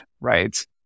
right